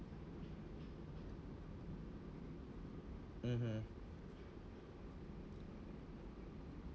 mmhmm